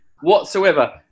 whatsoever